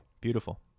Beautiful